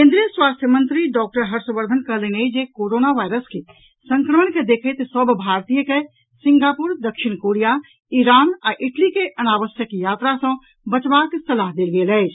केन्द्रीय स्वास्थ्य मंत्री डॉक्टर हर्षवर्धन कहलनि अछि जे कोरोना वायरस के संक्रमण के देखैत सभ भारतीय के सिंगापुर दक्षिण कोरिया ईरान आ इटली के अनावश्यक यात्रा सॅ बचबाक सलाह देल गेल अछि